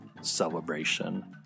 Celebration